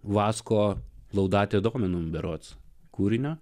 vasko laudate dominum berods kūrinio